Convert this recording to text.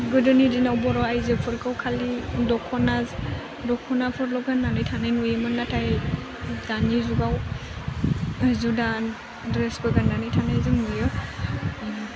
गोदोनि दिनाव बर' आयजोफोरखौ खालि दख'नाज दख'नाफोरल' गान्नानै थानाय नुयोमोन नाथाय दानि जुगाव जुदा ड्रेसफोरबो गान्नानै थानाय जों नुयो